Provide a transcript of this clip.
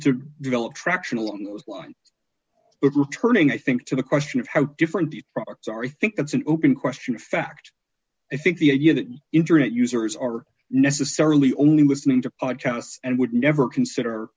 develop traction along those lines but returning i think to the question of how different the products are think it's an open question in fact i think the idea that internet users are necessarily only listening to podcasts and would never consider